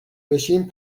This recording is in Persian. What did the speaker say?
بشیم